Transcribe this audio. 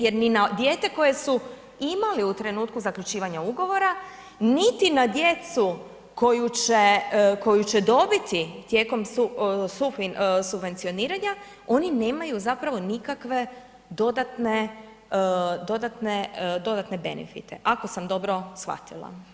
Jer ni na dijete koje su imali u trenutku zaključivanja ugovora, niti na djecu koju će dobiti tijekom subvencioniranja oni nemaju zapravo nikakve dodatne, dodatne benfite, ako sam dobro shvatila.